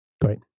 Great